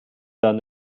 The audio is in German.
dann